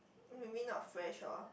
maybe not fresh hor